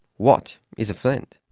what is a friend?